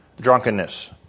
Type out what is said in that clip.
Drunkenness